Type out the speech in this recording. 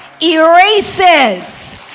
Erases